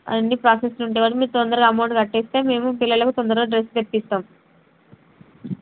అవన్నీ ప్రాసెస్ ఉంటాయి కదా మీరు తొందరగా అమౌంట్ కట్టేస్తే మేము పిల్లలకి తొందరగా డ్రెస్ తెప్పిస్తాం